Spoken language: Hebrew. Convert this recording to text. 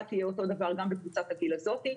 תהיה אותו הדבר גם בקבוצת הגיל הזאת.